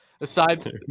Aside